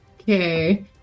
Okay